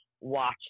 watch